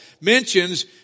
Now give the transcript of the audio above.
mentions